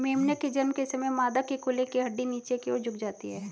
मेमने के जन्म के समय मादा के कूल्हे की हड्डी नीचे की और झुक जाती है